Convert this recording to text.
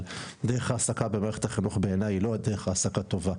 אבל דרך העסקה במערכת החינוך בעיניי היא לא דרך העסקה טובה,